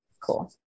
cool